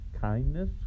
kindness